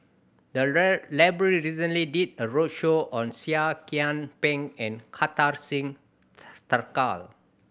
the library recently did a roadshow on Seah Kian Peng and Kartar Singh Thakral